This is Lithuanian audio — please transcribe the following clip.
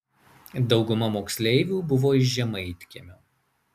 dauguma moksleivių buvo iš žemaitkiemio